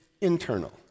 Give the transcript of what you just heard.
internal